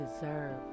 deserve